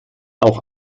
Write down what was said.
auch